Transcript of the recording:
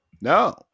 No